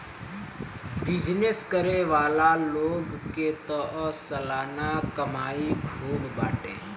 business करे वाला लोग के तअ सलाना कमाई खूब बाटे